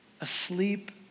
asleep